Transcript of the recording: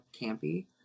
campy